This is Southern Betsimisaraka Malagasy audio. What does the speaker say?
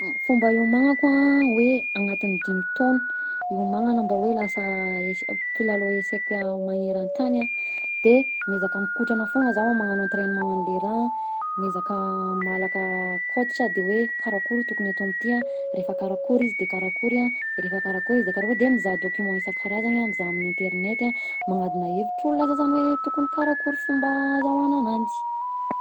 Fomba hiomanako a hoe agnatin'ny dimy taona hiomagnagna mba hoe lasa ese- mpilalao eseka magnerantagny a de miezaka mikotrana foagna zaho, magnagno entrainement am'le raha, miezaka malaka coach de hoe karakory tokony atao amty refa karakory izy de karakory de refa karakory izy de karakory, de mizaha document isan-karazany a, mizaha amin'ny internet a, magnadina hevitr'olona sasany hoe tokony karakory fomba azahoagna ananjy.